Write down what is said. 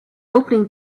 opening